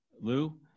Lou